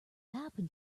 happen